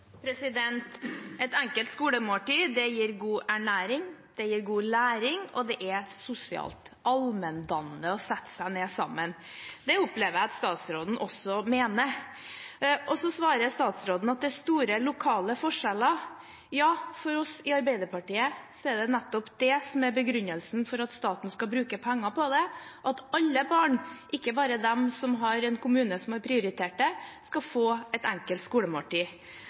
Et enkelt skolemåltid gir god ernæring, det gir god læring, og det er sosialt, allmenndannende, å sette seg ned sammen. Det opplever jeg at statsråden også mener. Så svarer statsråden at det er store lokale forskjeller. Ja, for oss i Arbeiderpartiet er det nettopp det som er begrunnelsen for at staten skal bruke penger på det, at alle barn, ikke bare de som har en kommune som har prioritert det, skal få et enkelt skolemåltid.